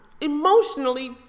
emotionally